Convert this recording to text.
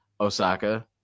Osaka